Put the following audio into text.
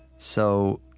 so,